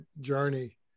journey